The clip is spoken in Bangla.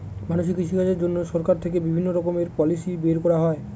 মানুষের কৃষিকাজের জন্য সরকার থেকে বিভিণ্ণ রকমের পলিসি বের করা হয়